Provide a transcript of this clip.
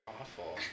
awful